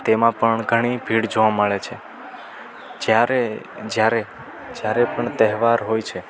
તેમાં પણ ઘણી ભીડ જોવા મળે છે જ્યારે જ્યારે જ્યારે પણ તહેવાર હોય છે